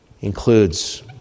includes